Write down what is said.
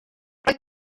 roedd